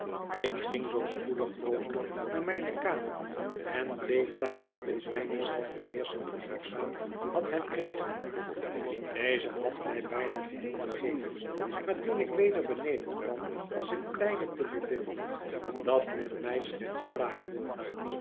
ik ging zoo spoedig mogelijk naar mijne kamer en bleef daar tot ik mijne zelfbeheersching genoegzaam had herkregen deze had mij bijna geheel begeven maar toen ik weder beneden kwam was ik blijde te bevinden dat men mij slechts plaagde